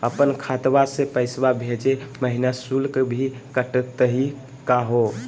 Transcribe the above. अपन खतवा से पैसवा भेजै महिना शुल्क भी कटतही का हो?